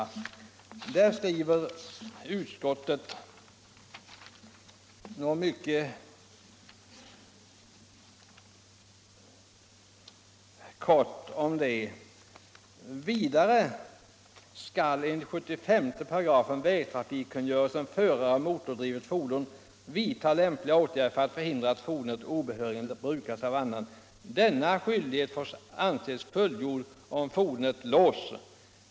Om detta skriver utskottet mycket kort: ”Vidare skall enligt 75 § vägtrafikkungörelsen förare av motordrivet fordon vidtaga lämpliga åtgärder för att förhindra att fordonet obehörigen brukas av annan. Denna skyldighet får anses fullgjord om fordonet låsts.